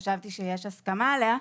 שחשבתי שיש הסכמה עליה,